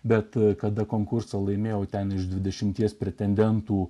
bet kada konkursą laimėjau ten iš dvidešimties pretendentų